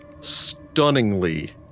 stunningly